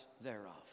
thereof